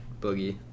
Boogie